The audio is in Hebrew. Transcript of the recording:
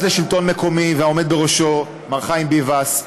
לשלטון מקומי והעומד בראשו מר חיים ביבס,